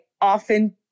often